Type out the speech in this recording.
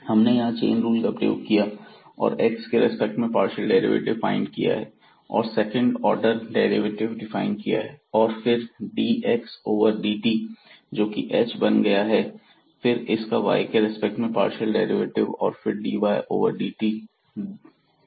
हमने यहां है चेन रूल का प्रयोग किया है और x के रिस्पेक्ट में पार्शियल डेरिवेटिव फाइंड किया है और सेकंड ऑर्डर डेरिवेटिव डिफाइन किया है और फिर dx ओवर dt जोकि h बन गया है फिर इसका y के रेस्पेक्ट में पार्शियल डेरिवेटिव और फिर dy ओवर dt2 जो कि k है